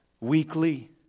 Weekly